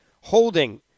Holding